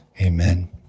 Amen